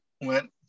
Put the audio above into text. went